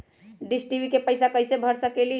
Dish TV के पैईसा कईसे भर सकली?